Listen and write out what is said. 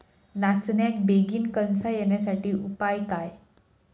नाचण्याक बेगीन कणसा येण्यासाठी उपाय काय?